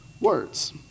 words